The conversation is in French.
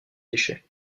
déchets